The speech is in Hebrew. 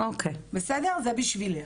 זה בשבילך.